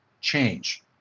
change